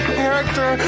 character